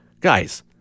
Guys